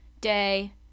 day